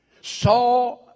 saw